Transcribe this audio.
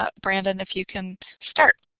ah brandon, if you can start.